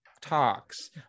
talks